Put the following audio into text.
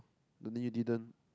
don't need you didn't